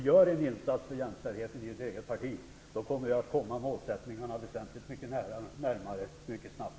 Gör en insats för jämställdheten i det egna partiet, då kommer ni målen väsentligt mycket närmare mycket snabbt.